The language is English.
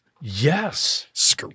Yes